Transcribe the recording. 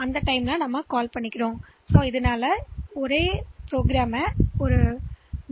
எனவே நான்அழைக்கிறேன் இந்த வழக்கத்தைஇதேபோல் இந்த கட்டத்தில் மீண்டும் அவசியம் என்று கூறுங்கள்